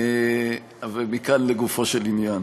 אבל מכאן לגופו של עניין.